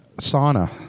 sauna